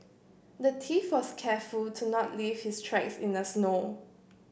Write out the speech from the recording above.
the thief was careful to not leave his tracks in the snow